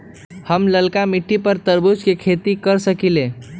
हम लालका मिट्टी पर तरबूज के खेती कर सकीले?